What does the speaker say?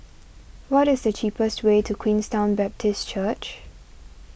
what is the cheapest way to Queenstown Baptist Church